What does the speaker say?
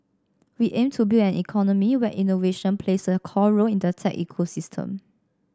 we aim to build an economy where innovation plays a core role in the tech ecosystem